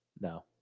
no